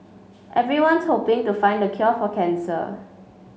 everyone's hoping to find the cure for cancer